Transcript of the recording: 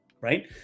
right